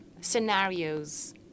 scenarios